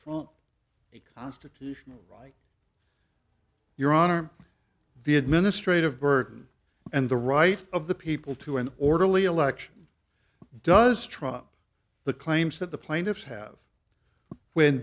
a constitutional right your honor the administrative burden and the right of the people to an orderly election does trump the claims that the plaintiffs have when